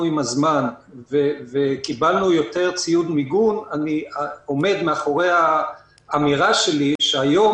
עם הזמן וקיבלנו יותר ציוד מיגון אני עומד מאחורי האמירה שלי שהיום